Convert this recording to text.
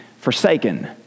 forsaken